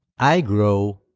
iGrow